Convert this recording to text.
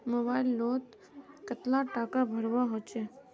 Mobile लोत कतला टाका भरवा होचे?